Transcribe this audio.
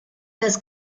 das